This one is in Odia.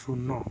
ଶୂନ